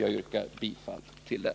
Jag yrkar bifall till den.